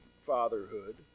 fatherhood